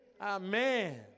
Amen